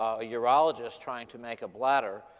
a urologist trying to make a bladder.